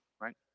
Right